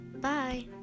Bye